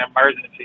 emergency